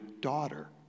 daughter